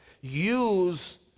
use